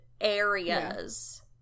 areas